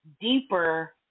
deeper